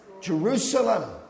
Jerusalem